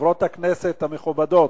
חברות הכנסת המכובדות,